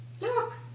Look